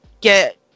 get